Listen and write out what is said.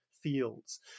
fields